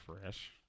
fresh